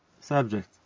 subject